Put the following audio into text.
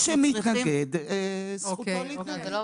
מי שמתנגד זכותו להתנגד.